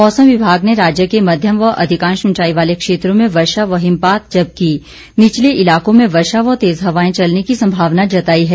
मौसम विभाग ने राज्य के मध्यम व अधिकांश ऊंचाई वाले क्षेत्रों में वर्षा व हिमपात जबकि निचले इलाकों में वर्षा व तेज हवाएं चलने की सम्मावना जताई है